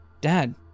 dad